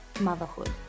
motherhood